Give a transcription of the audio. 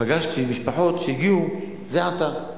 פגשתי משפחות שהגיעו זה עתה.